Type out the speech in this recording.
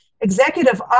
executive